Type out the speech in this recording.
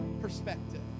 perspective